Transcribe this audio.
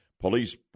Police